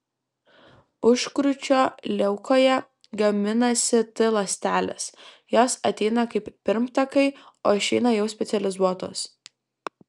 užkrūčio liaukoje gaminasi t ląstelės jos ateina kaip pirmtakai o išeina jau specializuotos